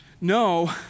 no